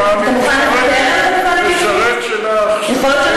אני לא דורש כלום.